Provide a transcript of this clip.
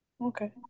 Okay